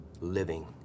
living